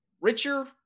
Richard